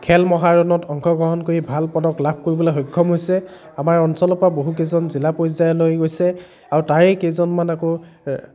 খেল মহাৰণত অংশগ্ৰহণ কৰি ভাল পদক লাভ কৰিবলৈ সক্ষম হৈছে আমাৰ অঞ্চলৰপৰা বহু কেইজন জিলা পৰ্যায়লৈ গৈছে আৰু তাৰে কেইজনমান আকৌ